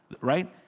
right